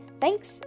Thanks